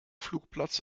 flugplatz